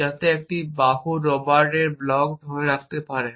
যাতে একটি বাহু রবার্ট একটি ব্লক ধরে রাখতে পারে